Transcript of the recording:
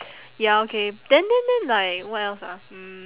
ya okay then then then like what else ah mm